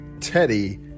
Teddy